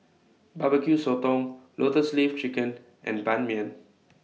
Barbecue Sotong Lotus Leaf Chicken and Ban Mian